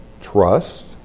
trust